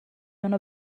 اونو